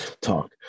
talk